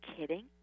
kidding